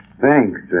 Thanks